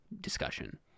discussion